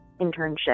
internship